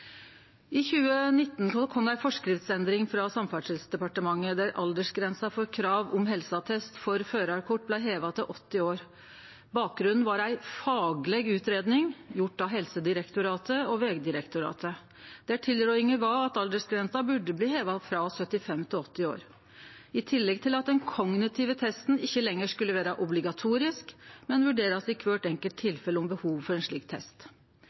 I 2019 kom ei forskriftsendring frå Samferdselsdepartementet, der aldersgrensa for krav om helseattest for førarkort blei heva til 80 år. Bakgrunnen var ei fagleg utgreiing gjord av Helsedirektoratet og Vegdirektoratet, der tilrådinga var at aldersgrensa burde hevast frå 75 til 80 år. I tillegg skulle den kognitive testen ikkje lenger vere obligatorisk. Behovet for ein slik test skulle vurderast i kvart tilfelle.